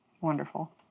Wonderful